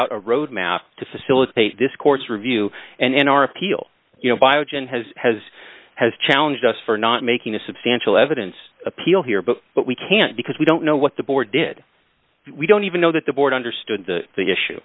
out a road map to facilitate discourse review and in our appeal you know biogen has has has challenged us for not making a substantial evidence appeal here but but we can't because we don't know what the board did we don't even know that the board understood the the issue